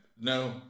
no